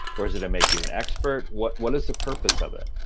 or is it to make you an expert? what what is the purpose of it?